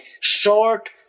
short